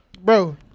bro